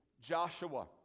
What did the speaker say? Joshua